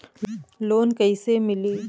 Loan कईसे मिली?